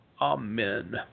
Amen